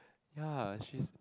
ya she's